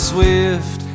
Swift